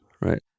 right